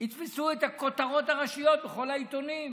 תתפוס את הכותרות הראשיות בכל העיתונים.